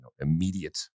immediate